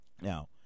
now